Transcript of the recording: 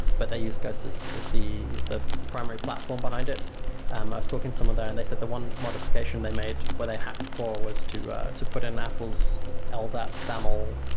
but they use ghost as as the the primary platform behind it. um i was talking to someone there and they said the one modification they made where they hacked core was to to put in apple's ah ldap, saml,